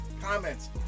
comments